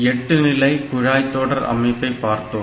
எட்டு நிலை குழாய் தொடர் அமைப்பை பார்த்தோம்